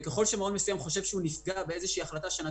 ככל שמעון מסוים חושב שהוא נפגע מאיזו שהיא החלטה שנתנו,